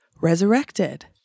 Resurrected